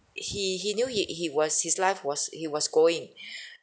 he he knew he he was his life was he was going